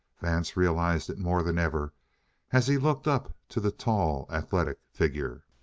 vance realized it more than ever as he looked up to the tall athletic figure.